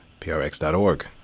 prx.org